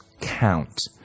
count